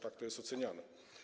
Tak to jest oceniane.